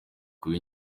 kuba